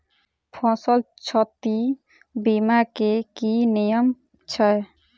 फसल क्षति बीमा केँ की नियम छै?